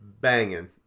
Banging